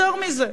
יותר מזה,